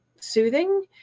soothing